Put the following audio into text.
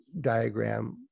diagram